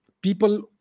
People